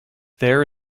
there